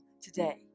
today